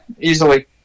easily